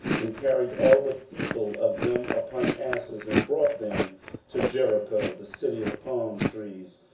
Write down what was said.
and carried all the feeble of them upon asses, and brought them to jericho, the city of palm trees,